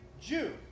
Jew